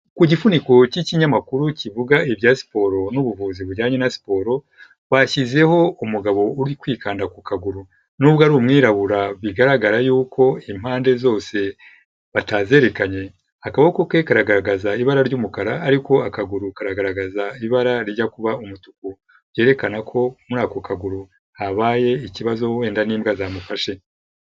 Ku gifuniko cy'ikinyamakuru kivuga ibya siporo n'ubuvuzi bujyanye na siporo, bashyizeho umugabo uri kwikanda ku kaguru, n'ubwo ari umwirabura bigaragara yuko impande zose batazerekanye, akaboko ke karagaragaza ibara ry'umukara ariko akaguru karagaragaza ibara rijya kuba umutuku, byerekana ko muri ako kaguru habaye ikibazo, wenda ni imbwa zamufashe.